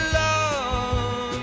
love